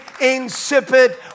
insipid